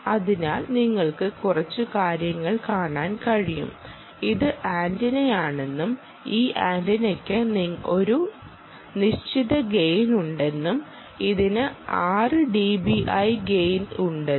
അതിനാൽ നിങ്ങൾക്ക് കുറച്ച് കാര്യങ്ങൾ കാണാൻ കഴിയും ഇത് ആന്റിനയാണെന്നും ഈ ആന്റിനക്ക് ഒരു നിശ്ചിത ഗെയിനുണ്ടെന്നും ഇതിന് 6 dBi ഗെയിൻ ഉണ്ടെന്നും